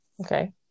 Okay